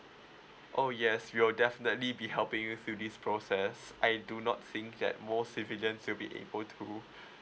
oh yes we will definitely be helping you through this process I do not think that most civilians will be able to